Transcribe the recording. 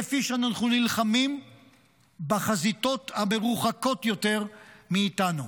כפי שאנחנו נלחמים בחזיתות המרוחקות יותר מאיתנו.